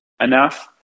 enough